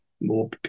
more